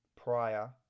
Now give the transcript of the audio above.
prior